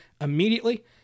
immediately